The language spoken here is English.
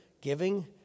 giving